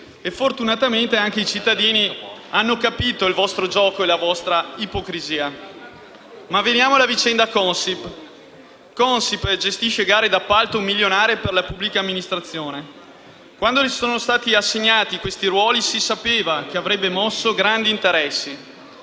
e, fortunatamente, anche i cittadini hanno capito il vostro gioco e la vostra ipocrisia. Ma veniamo alla vicenda Consip. Consip gestisce gare d'appalto milionarie per la pubblica amministrazione. Quando sono stati assegnati questi ruoli si sapeva che avrebbe mosso grandi interessi.